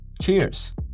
Cheers